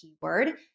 keyword